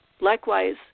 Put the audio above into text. Likewise